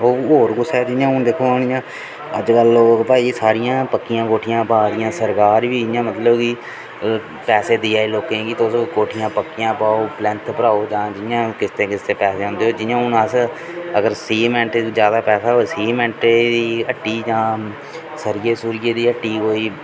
और कुसै जि'यां हून दिक्खो हून जि'यां अजकल लोग भाई सारियां पक्कियां कोठियां पादियां सरकार बी इ'यां मतलब कि पैसे देइयै लोकें गी तुस कोठियां पक्कियां पाओ पलैंथ भराओ जां जि'यां किस्तें किस्तें पैसे औंदे जि'यां हून अस अगर सीमैंट च जैदा पैसा होऐ सीमैंटै दी हट्टी जां सरिये सुरिये दी हट्टी कोई